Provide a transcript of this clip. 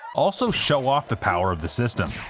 also show off the power of the system.